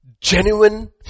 genuine